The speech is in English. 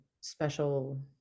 special